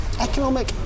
economic